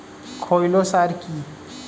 খৈল সার কি?